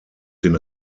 den